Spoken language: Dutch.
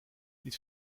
niet